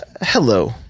hello